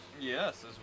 Yes